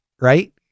right